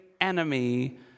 enemy